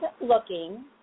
looking